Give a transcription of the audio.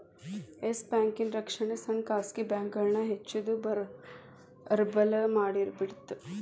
S ಬ್ಯಾಂಕಿನ್ ರಕ್ಷಣೆ ಸಣ್ಣ ಖಾಸಗಿ ಬ್ಯಾಂಕ್ಗಳನ್ನ ಹೆಚ್ ದುರ್ಬಲಮಾಡಿಬಿಡ್ತ್